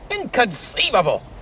Inconceivable